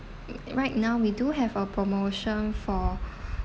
right now we do have a promotion for